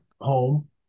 home